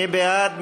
מי בעד?